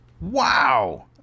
Wow